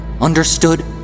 Understood